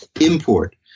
import